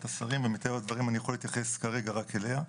השרים ומטבע הדברים אני יכול להתייחס כרגע רק אליה.